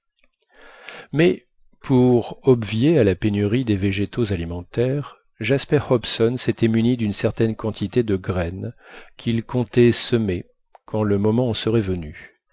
mais pour obvier à la pénurie des végétaux alimentaires jasper hobson s'était muni d'une certaine quantité de graines qu'il comptait semer quand le moment en serait venu